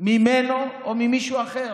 ממנו או ממישהו אחר.